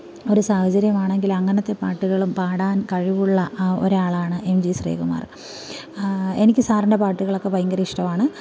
ഒരു സാഹചര്യം ആണെങ്കിൽ അങ്ങനത്തെ പാട്ടുകളും പാടാൻ കഴിവുള്ള ഒരാളാണ് എം ജി ശ്രീകുമാറ് എനിക്ക് സാറിൻ്റെ പാട്ടുകളൊക്കെ ഭയങ്കര ഇഷ്ടമാണ്